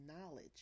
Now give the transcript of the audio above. knowledge